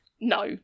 No